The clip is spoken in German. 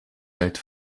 welt